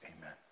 Amen